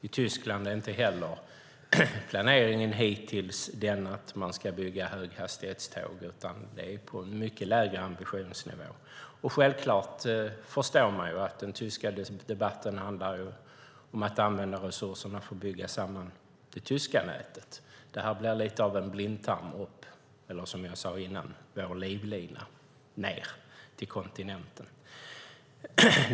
I Tyskland är planeringen hittills inte heller sådan att man ska bygga höghastighetståg, utan det är på en mycket lägre ambitionsnivå. Självklart förstår man att den tyska debatten handlar om att använda resurserna för att bygga samman det tyska nätet. Detta blir lite av en blindtarm upp eller - som jag sade innan - vår livlina ned till kontinenten.